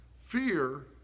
Fear